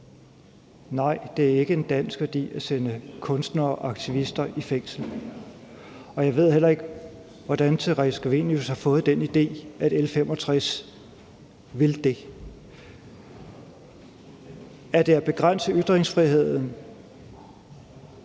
Nej, det er ikke en dansk værdi at sende kunstnere og aktivister i fængsel, og jeg ved heller ikke, hvordan Theresa Scavenius har fået den idé, at L 65 vil det. Er det at begrænse ytringsfriheden,